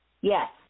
Yes